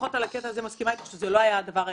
לפחות על הקטע הזה, מסכימה שזה לא היה הדבר היחיד.